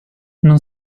non